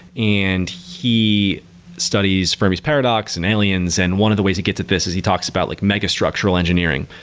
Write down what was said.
and he studies burmese paradox, and aliens, and one of the ways he gets at this is he talks about like mega structural engineering.